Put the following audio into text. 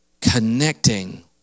connecting